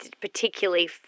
particularly